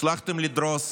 הצלחתם לדרוס